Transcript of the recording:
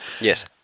Yes